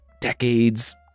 decades